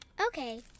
Okay